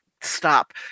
stop